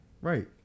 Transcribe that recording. right